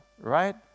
right